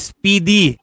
Speedy